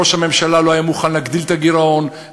ראש הממשלה לא היה מוכן להגדיל את הגירעון,